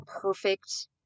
perfect